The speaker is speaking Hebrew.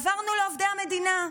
עברנו לעובדי המדינה,